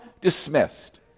dismissed